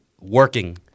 working